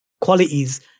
qualities